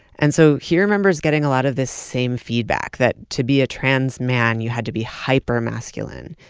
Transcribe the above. and so he remembers getting a lot of this same feedback, that to be a trans man you had to be hypermasculine.